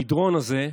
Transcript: המדרון הזה,